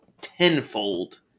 tenfold